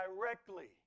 directly